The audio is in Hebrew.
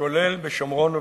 כולל בשומרון וביהודה.